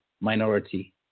minority